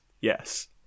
Yes